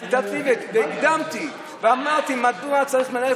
ציטטתי והקדמתי ושאלתי מדוע צריך מערכת